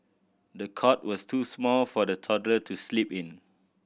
the cot was too small for the toddler to sleep in